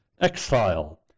exile